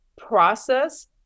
process